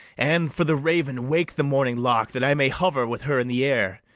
and, for the raven, wake the morning lark, that i may hover with her in the air,